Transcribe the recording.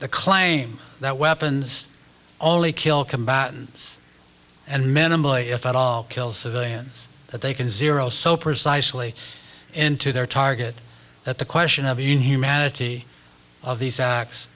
the claim that weapons only kill combatants and minimally if at all kills civilians that they can zero so precisely into their target that the question of inhumanity of these acts